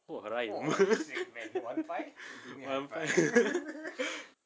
!wah! rhyme wan five